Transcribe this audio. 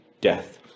death